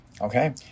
Okay